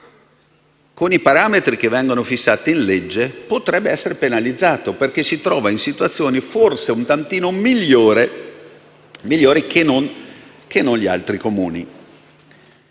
con i parametri che vengono fissati in legge, potrebbe essere penalizzato, trovandosi in situazioni forse un tantino migliori rispetto a quelle di altri Comuni.